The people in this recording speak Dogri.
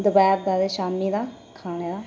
दपैहर ते शामीं दा खाने दा